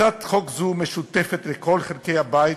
הצעת חוק זו משותפת לכל חלקי הבית,